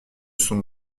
sont